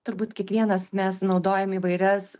turbūt kiekvienas mes naudojam įvairias